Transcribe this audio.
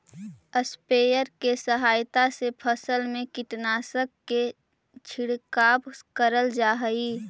sprayer के सहायता से फसल में कीटनाशक के छिड़काव करल जा हई